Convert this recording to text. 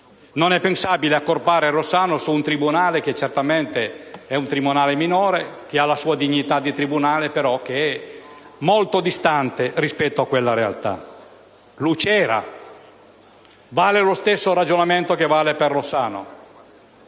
Non è pensabile accorpare Rossano su un tribunale certamente minore, che ha la sua dignità di tribunale ma che è molto distante rispetto a quella realtà. Per Lucera vale lo stesso ragionamento di Rossano